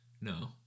no